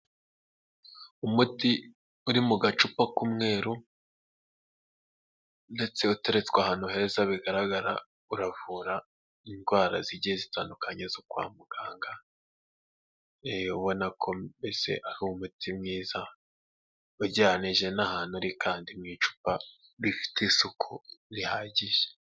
Umuti uri mu gacupa k'umweru, ndetse utereretse ahantu heza bigaragara, uravura indwara zigiye zitandukanye zo kwa muganga, ubona ko mbese ari umuti mwiza wegeranije n'ahantu kandi mu icupa rifite isuku rihagije.